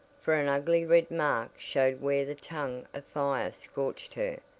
for an ugly red mark showed where the tongue of fire scorched her,